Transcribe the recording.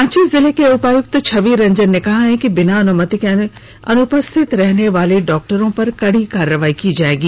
रांची जिले के उपायुक्त छवि रंजन ने कहा है कि बिना अनुमति के अनुपस्थित रहने वाले डॉक्टरों पर कड़ी कार्रवाई की जाएगी